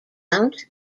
blount